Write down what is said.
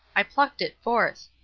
i plucked it forth.